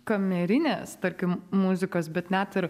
kamerinės tarkim muzikos bet net ir